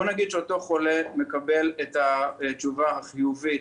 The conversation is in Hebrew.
בוא נגיד שאותו חולה מקבל תשובה חיובית